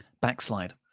Backslide